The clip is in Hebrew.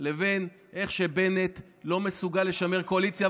לבין איך שבנט לא מסוגל לשמר קואליציה.